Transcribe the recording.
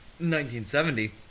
1970